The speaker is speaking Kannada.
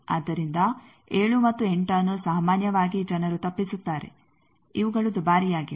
ಆದ್ದರಿಂದ 7 ಮತ್ತು 8ಅನ್ನು ಸಾಮಾನ್ಯವಾಗಿ ಜನರು ತಪ್ಪಿಸುತ್ತಾರೆ ಇವುಗಳು ದುಬಾರಿಯಾಗಿವೆ